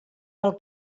pel